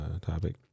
topic